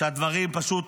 שהדברים פשוט